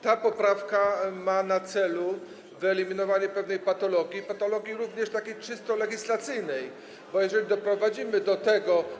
Ta poprawka ma na celu wyeliminowanie pewnej patologii, patologii również takiej czysto legislacyjnej, bo jeżeli doprowadzimy do tego.